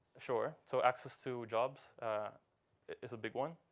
sure. so access to jobs is a big one.